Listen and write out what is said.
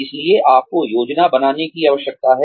इसलिए आपको योजना बनाने की आवश्यकता है